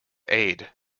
aide